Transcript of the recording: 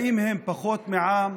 האם הם פחות מעם?